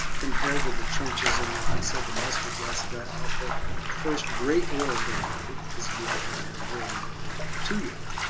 compared to the trenches, and like i said the mustard gas of that awful first great war they called it, because we didn't have world war ii yet.